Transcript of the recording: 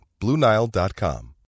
BlueNile.com